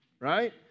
Right